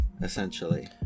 essentially